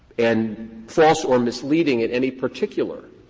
and false or misleading at any particular.